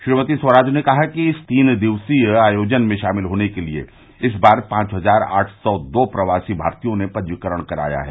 श्रीमती स्वराज ने कहा कि इस तीन दिवसीय आयोजन में शामिल होने के लिये इस बार पांच हज़ार आठ सौ दो प्रवासी भारतीयों ने पंजीकरण कराया है